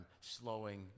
slowing